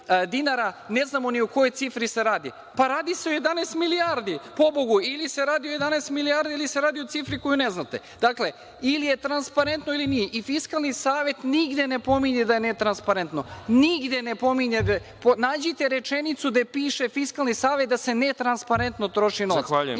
ne znamo ni o kojoj cifri se radi. Radi se o 11 milijardi, pobogu, ili se radi o 11 milijardi ili se radi o cifri koju ne znate. Dakle, ili je transparentno ili nije. Fiskalni savet nigde ne pominje da je netransparentno, nigde ne pominje. Pronađite rečenicu gde piše da se netransparetno troši novac. Nema